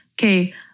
okay